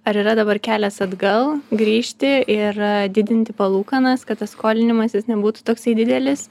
ar yra dabar kelias atgal grįžti ir didinti palūkanas kad tas skolinimasis nebūtų toksai didelis